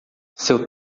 seu